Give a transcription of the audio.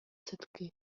садки